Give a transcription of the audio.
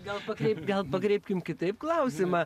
gal pakreipti gal pakreipkime kitaip klausimą